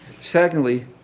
Secondly